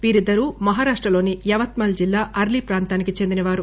వీరిద్దరూ మహారాష్టలోని యావత్మల్ జిల్లా అర్లీ ప్రాంతానికి చెందినవారు